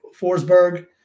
Forsberg